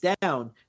down